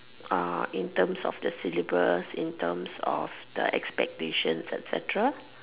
uh in terms of the syllabus in terms of the expectation etcetera